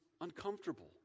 uncomfortable